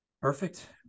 perfect